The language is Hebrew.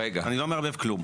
אני לא מערבב כלום.